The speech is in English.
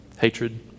Hatred